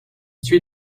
suit